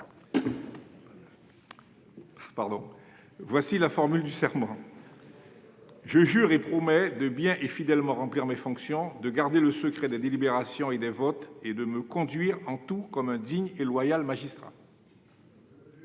jure ». Voici la formule du serment :« Je jure et promets de bien et fidèlement remplir mes fonctions, de garder le secret des délibérations et des votes, et de me conduire en tout comme un digne et loyal magistrat.